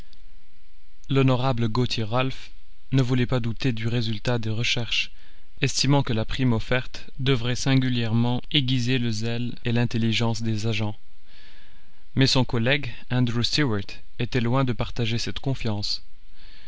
l'honorable gauthier ralph ne voulait pas douter du résultat des recherches estimant que la prime offerte devrait singulièrement aiguiser le zèle et l'intelligence des agents mais son collègue andrew stuart était loin de partager cette confiance